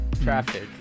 Traffic